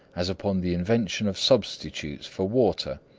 as upon the invention of substitutes for water.